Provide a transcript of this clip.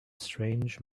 strange